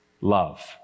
love